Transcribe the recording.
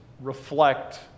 reflect